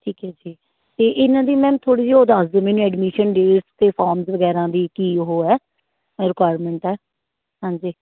ਠੀਕ ਹੈ ਜੀ ਅਤੇ ਇਹਨਾਂ ਦੀ ਮੈਮ ਥੋੜ੍ਹੀ ਜੀ ਉਹ ਦੱਸ ਦਿਓ ਮੈਨੂੰ ਐਡਮਿਸ਼ਨ ਡੇਟ ਅਤੇ ਫੋਰਮਸ ਵਗੈਰਾ ਦੀ ਕੀ ਉਹ ਹੈ ਰਿਕੁਆਇਰਮੈਂਟ ਹੈ ਹਾਂਜੀ